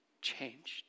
changed